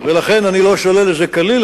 ולכן אני לא שולל את זה כליל,